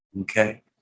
Okay